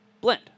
blend